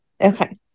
Okay